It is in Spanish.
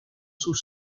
sus